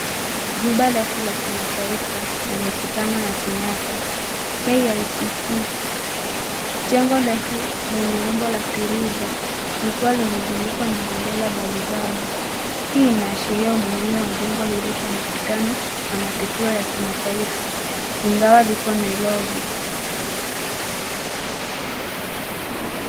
Jumba refu la kimataifa la mikutano ya Kenyatta, KICC . Jengo refu lenye umbo ya silinda, likiwa limezungukwa na bendera mbalimbali, hii inaashiria umuhimu wa jengo hili kwa mikutano na matukio ya kimataifa ingawa liko Nairobi.